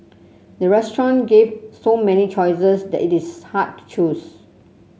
the restaurant give so many choices that it is hard to choose